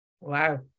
Wow